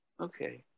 Okay